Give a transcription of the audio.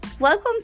Welcome